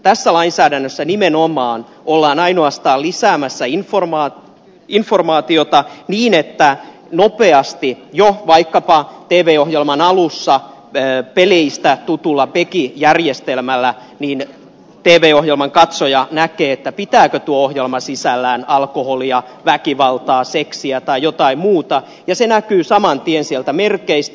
tässä lainsäädännössä nimenomaan ollaan ainoastaan lisäämässä informaatiota niin että nopeasti jo vaikkapa tv ohjelman alussa peleistä tutulla pegi järjestelmällä tv ohjelman katsoja näkee pitääkö tuo ohjelma sisällään alkoholia väkivaltaa seksiä tai jotain muuta ja se näkyy saman tien sieltä merkeistä